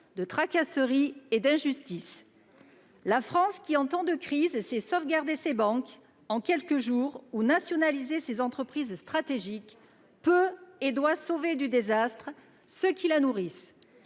de tracasseries et d'injustices. La France, qui, en temps de crise, sait sauvegarder ses banques en quelques jours ou nationaliser ses entreprises stratégiques, peut et doit sauver du désastre ceux qui la nourrissent.